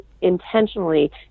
intentionally